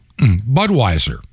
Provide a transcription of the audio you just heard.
Budweiser